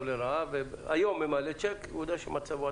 לרעה והיום ממלא שיק כשהוא יודע מה מצבו?